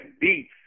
beats